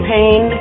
Pain